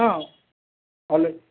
వాళ్ళే